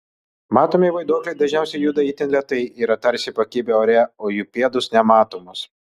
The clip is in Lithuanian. matomi vaiduokliai dažniausiai juda itin lėtai yra tarsi pakibę ore o jų pėdos nematomos